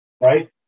right